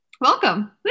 Welcome